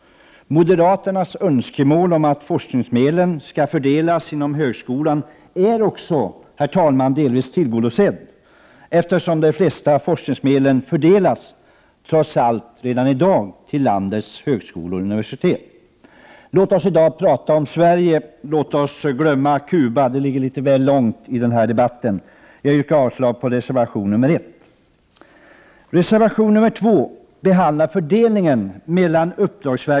Moderaternas önskemål om att forskningsmedlen skall fördelas inom högskolan är också delvis tillgodosett, eftersom de flesta forskningsmedlen redan i dag trots allt fördelas till landets högskolor och universitet. Låt oss i dag tala om Sverige, och låt oss glömma Cuba! Det ligger litet väl långt ifrån den här debatten. Jag yrkar avslag på reservation 1.